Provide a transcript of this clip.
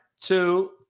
two